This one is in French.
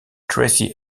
tracy